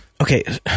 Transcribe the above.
Okay